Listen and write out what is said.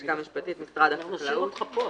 לשכה משפטית במשרד החקלאות.